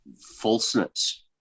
falseness